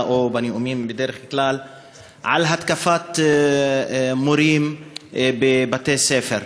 או בנאומים בדרך כלל על תקיפת מורים בבתי-ספר.